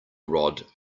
rod